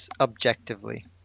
objectively